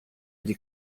gli